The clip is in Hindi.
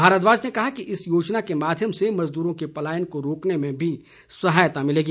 भारद्वाज ने कहा कि इस योजना के माध्यम से मजदूरों के पलायन को रोकने में भी सहायता मिलेगी